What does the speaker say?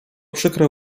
przykre